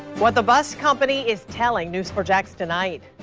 what the bus company is telling news four jax tonight.